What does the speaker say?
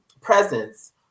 presence